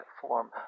form